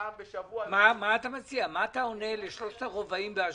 מה אתה עונה לשלושת הרבעים באשדוד?